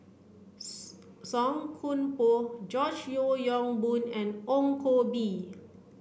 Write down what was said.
Song Koon Poh George Yeo Yong Boon and Ong Koh Bee